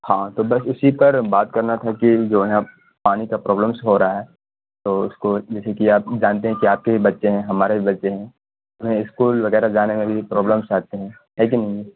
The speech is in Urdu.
ہاں تو بس اسی پر بات کرنا تھا کہ جو ہے پانی کا پرابلمز ہو رہا ہے تو اس کو جیسے کہ آپ جانتے ہیں کہ آپ کے بھی بچے ہیں ہمارے بھی بچے ہیں انہیں اسکول وغیرہ جانے میں بھی پرابلمز آتے ہیں ہیں کہ نہیں